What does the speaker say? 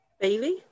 Bailey